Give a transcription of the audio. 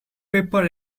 paper